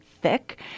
thick